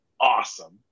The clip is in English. awesome